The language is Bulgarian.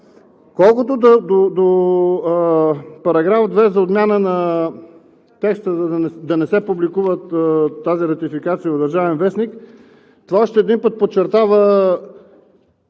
Колкото до § 2 за отмяна на текста да не се публикува тази ратификация от „Държавен вестник“, това още един път подчертава